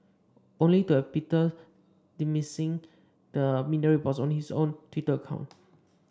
only to have Peters dismissing the media reports on his own Twitter account